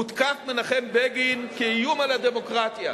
כאיום על הדמוקרטיה.